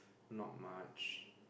not much